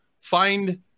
find